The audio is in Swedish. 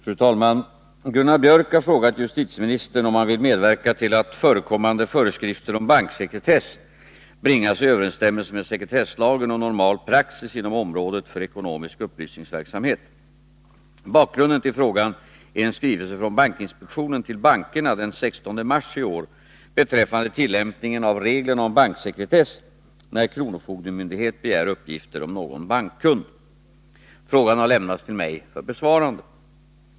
Fru talman! Gunnar Biörck i Värmdö har frågat justitieministern om han vill medverka till att förekommande föreskrifter om banksekretess bringas i överensstämmelse med sekretesslagen och normal praxis inom området för ekonomisk upplysningsverksamhet. Bakgrunden till frågan är en skrivelse från bankinspektionen till bankerna den 16 mars i år beträffande tillämpningen av reglerna om banksekretess när kronofogdemyndighet begär uppgifter om någon bankkund. Frågan har lämnats till mig för besvarande.